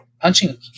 Punching